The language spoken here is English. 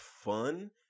fun